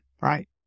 right